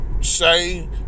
say